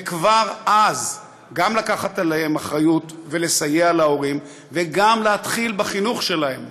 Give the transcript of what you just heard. וכבר אז גם לקחת עליהם אחריות ולסייע להורים וגם להתחיל בחינוך שלהם.